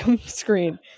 screen